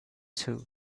too